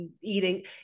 eating